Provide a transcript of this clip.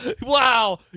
Wow